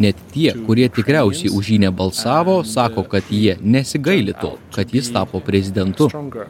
net tie kurie tikriausiai už jį nebalsavo sako kad jie nesigaili to kad jis tapo prezidentu